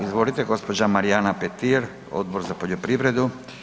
Izvolite gđa. Marijana Petir, Odbor za poljoprivredu.